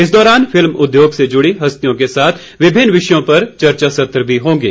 इस दौरान फिल्म उद्योग से जुड़ी हस्तियों के साथ विभिन्न विषयों पर चर्चा सत्र भी होंगे